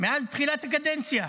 מאז תחילת הקדנציה.